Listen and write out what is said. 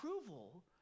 approval